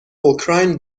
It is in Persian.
اوکراین